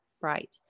Right